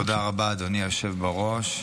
תודה רבה, אדוני היושב בראש.